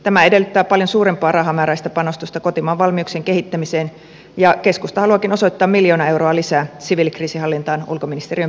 tämä edellyttää paljon suurempaa rahamääräistä panostusta kotimaan valmiuksien kehittämiseen ja keskusta haluaakin osoittaa miljoona euroa lisää siviilikriisinhallintaan ulkoministeriön pääluokassa